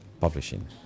publishing